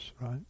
right